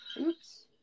Oops